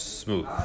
smooth